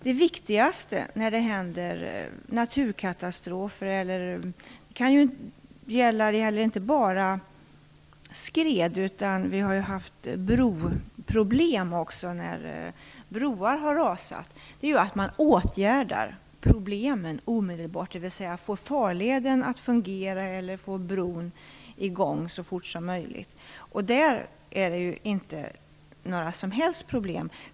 Det viktigaste när det händer naturkatastrofer - det gäller inte bara skred, för vi har också haft problem med broar som har rasat - är att man åtgärdar problemen omedelbart, dvs. får farleden att fungera eller får bron i gång så fort som möjligt. Där är det inga som helst problem.